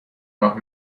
راه